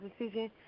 decision